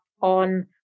on